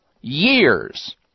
years